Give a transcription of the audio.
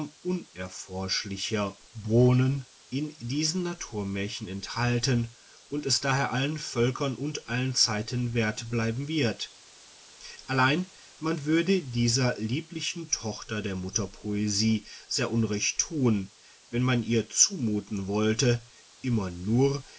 unerforschlicher bronnen in diesen naturmärchen enthalten und es daher allen völkern und allen zeiten wert bleiben wird allein man würde dieser lieblichen tochter der mutter poesie sehr unrecht tun wenn man ihr zumuten wollte immer nur